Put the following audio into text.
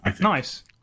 Nice